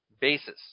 basis